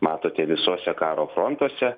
matote visose karo frontuose